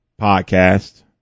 podcast